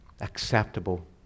acceptable